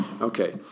Okay